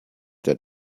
der